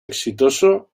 exitoso